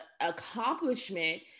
accomplishment